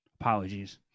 Apologies